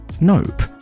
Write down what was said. Nope